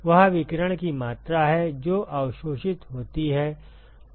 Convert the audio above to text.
वह विकिरण की मात्रा है जो अवशोषित होती है